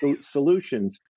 solutions